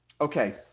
okay